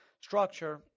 structure